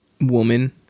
woman